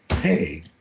hey